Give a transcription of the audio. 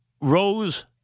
Rose